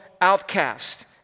outcast